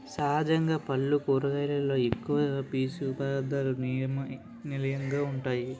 సహజంగా పల్లు కూరగాయలలో ఎక్కువ పీసు పధార్ధాలకు నిలయంగా వుంటాయి